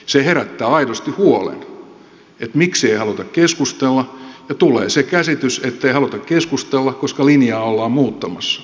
se herättää aidosti huolen että miksi ei haluta keskustella ja tulee se käsitys ettei haluta keskustella koska linjaa ollaan muuttamassa